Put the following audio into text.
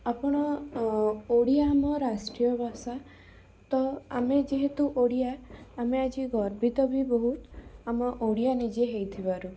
ଆପଣ ଓଡ଼ିଆ ଆମ ରାଷ୍ଟ୍ରୀୟଭାଷା ତ ଆମେ ଯେହେତୁ ଓଡ଼ିଆ ଆମେ ଆଜି ଗର୍ବିତ ବି ବହୁତ ଆମେ ଓଡ଼ିଆ ନିଜେ ହେଇଥିବାରୁ